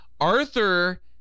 Arthur